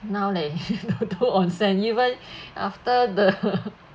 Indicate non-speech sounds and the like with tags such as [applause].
now leh [laughs] do onsen even [breath] after the [laughs]